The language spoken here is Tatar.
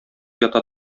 ята